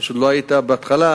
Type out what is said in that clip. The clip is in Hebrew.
פשוט לא היית בהתחלה,